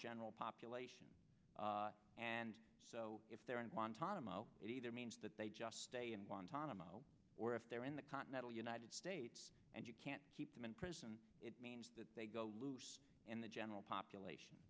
general population and so if they're in guantanamo it either means that they just stay in guantanamo or if they're in the continental united states and you can't keep them in prison it means that they go loose in the general population